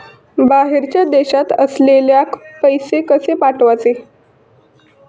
बाहेरच्या देशात असलेल्याक पैसे कसे पाठवचे?